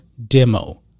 Demo